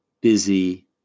busy